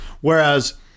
whereas